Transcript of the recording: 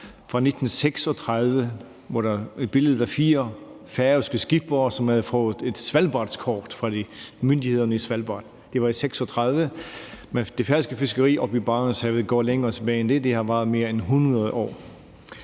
fra 1936, der hang på væggen, et billede af fire færøske skippere, som havde fået et svalbardskort fra myndighederne i Svalbard. Det var i 1936, men det færøske fiskeri oppe i Barentshavet går længere tilbage end det. Det har varet mere end 100 år.